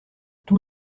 tout